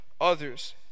others